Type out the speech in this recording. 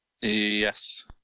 yes